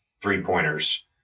three-pointers